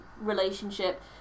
relationship